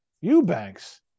Eubanks